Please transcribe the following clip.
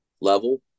level